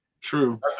True